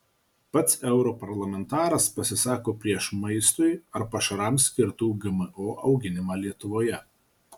pats europarlamentaras pasisako prieš maistui ar pašarams skirtų gmo auginimą lietuvoje